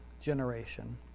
generation